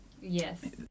Yes